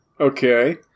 Okay